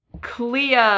Clea